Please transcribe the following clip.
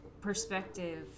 perspective